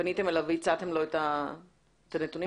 פניתם אליו והצעתם לו את הנתונים האלה?